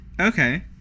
Okay